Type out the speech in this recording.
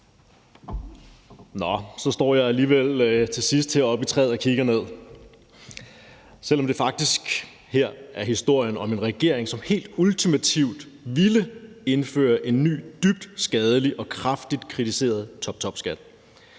Så står jeg alligevel til sidst heroppe i træet og kigger ned, selv om det faktisk her er historien om en regering, som helt ultimativt ville indføre en ny, dybt skadelig og kraftigt kritiseret toptopskat.